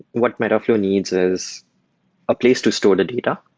what metaflow needs is a place to store the data.